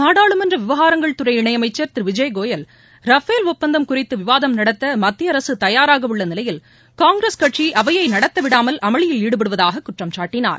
நாடாளுமன்ற விவகாரங்கள் துறை இணை அமைச்சர் திரு விஜய் கோயல் ரஃபேல் ஒப்பந்தம் குறித்து விவாதம் நடத்த மத்திய அரக தயாராக உள்ள நிலையில் காங்கிரஸ் கட்சி அவையை நடத்த விடாமல் அமளியில் ஈடுபடுவதாக குற்றம் சாட்டினார்